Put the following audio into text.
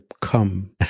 come